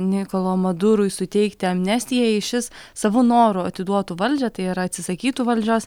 nikolo madurui suteikti amnestiją jei šis savo noru atiduotų valdžią tai yra atsisakytų valdžios